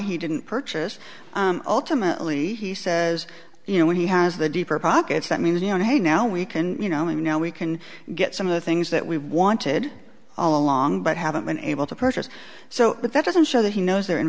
he didn't purchase ultimately he says you know when he has the deeper pockets that means you know hey now we can you know maybe now we can get some of the things that we wanted all along but haven't been able to purchase so that doesn't show that he knows they're in